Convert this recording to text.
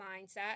mindset